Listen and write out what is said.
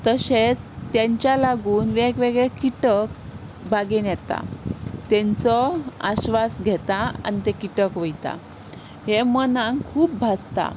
तशेंच तांच्या लागून वेगवेगळे किटक बागेंत येता तांचो आश्वास घेता आनी ते किटक वता हें मनांक खूब भासता